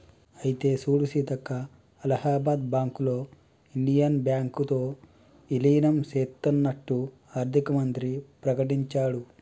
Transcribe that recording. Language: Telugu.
అయితే సూడు సీతక్క అలహాబాద్ బ్యాంకులో ఇండియన్ బ్యాంకు తో ఇలీనం సేత్తన్నట్టు ఆర్థిక మంత్రి ప్రకటించాడు